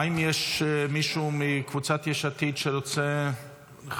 האם יש מישהו מקבוצת יש עתיד שרוצה לנמק?